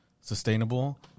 Sustainable